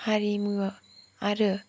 हारिमु आरो